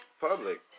public